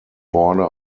border